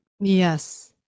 Yes